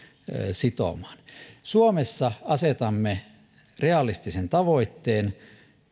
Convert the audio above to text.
sitomaan suomessa asetamme realistisen tavoitteen